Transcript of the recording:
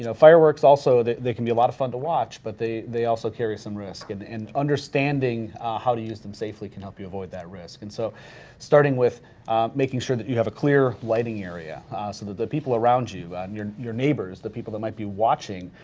you know fireworks also they can be a lot of fun to watch but they they also carry some risk, and and understanding how to use them safely can help you avoid that risk. and so starting with making sure that you have a clear lighting area ah so that the people around you, and your your neighbors, the people that might be watching,